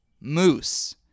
Moose